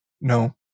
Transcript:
No